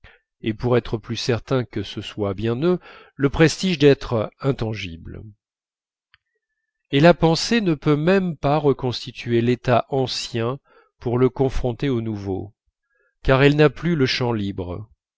et pour être plus certain que ce soit bien eux le prestige d'être intangibles et la pensée ne peut même pas reconstituer l'état ancien pour le confronter au nouveau car elle n'a plus le champ libre